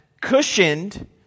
cushioned